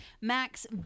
max